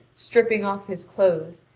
stripping off his clothes,